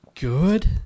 good